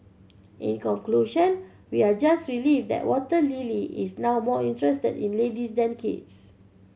in conclusion we are just relieved that Water Lily is now more interested in ladies than kids